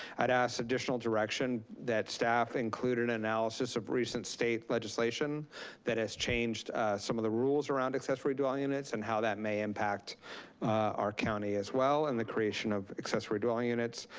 i'd ask the additional direction that staff include an analysis of recent state legislation that has changed some of the rules around accessory dwelling units and how that may impact our county as well in and the creation of accessory dwelling units.